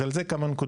אז על זה כמה נקודות.